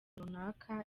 runaka